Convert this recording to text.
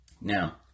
Now